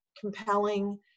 compelling